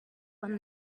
when